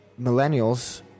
Millennials